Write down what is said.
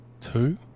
Two